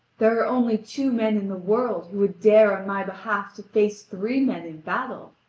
there are only two men in the world who would dare on my behalf to face three men in battle.